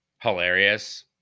hilarious